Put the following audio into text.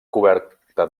coberta